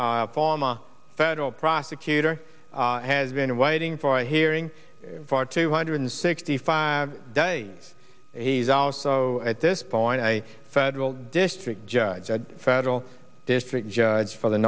form a federal prosecutor has been waiting for a hearing for two hundred sixty five days he's also at this point a federal district judge a federal district judge for the